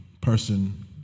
person